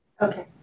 Okay